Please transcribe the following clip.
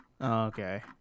Okay